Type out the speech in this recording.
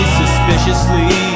suspiciously